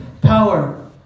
Power